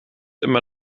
immer